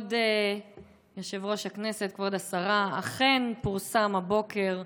כבוד יושב-ראש הכנסת, כבוד השרה, אכן פורסם הבוקר,